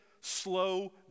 slow